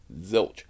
Zilch